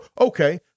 Okay